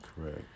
Correct